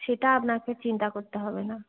সেটা আপনাকে চিন্তা করতে হবে না